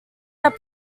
that